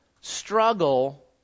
struggle